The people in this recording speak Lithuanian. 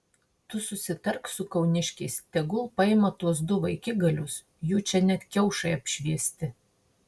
tu susitark su kauniškiais tegul paima tuos du vaikigalius jų čia net kiaušai apšviesti